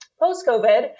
post-COVID